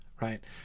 right